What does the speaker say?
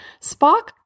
Spock